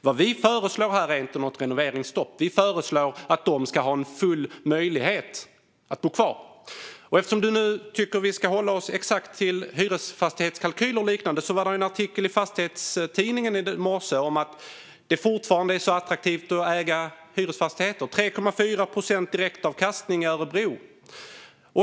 Vad vi föreslår är inte något renoveringsstopp. Vi föreslår att de ska ha full möjlighet att bo kvar. Eftersom du nu tycker att vi ska hålla oss exakt till hyresfastighetskalkyler och liknande kan jag säga att det var en artikel i Fastighetstidningen i morse om att det fortfarande är attraktivt att äga hyresfastigheter - 3,4 procent i direktavkastning i Örebro.